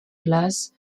place